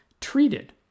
treated